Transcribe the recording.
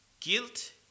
Guilt